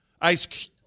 ice